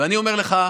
ואני אומר לך,